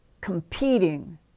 competing